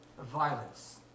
violence